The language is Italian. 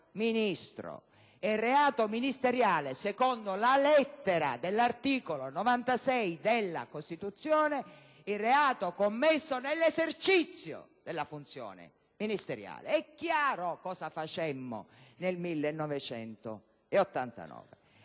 il fatto, ma, secondo la lettera dell'articolo 96 della Costituzione, il reato commesso nell'esercizio della funzione ministeriale. È chiaro, quindi, cosa facemmo nel 1989!